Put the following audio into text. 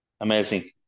amazing